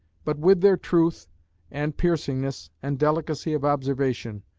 but with their truth and piercingness and delicacy of observation,